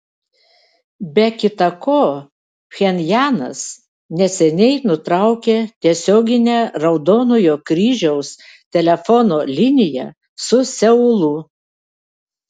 be kita ko pchenjanas neseniai nutraukė tiesioginę raudonojo kryžiaus telefono liniją su seulu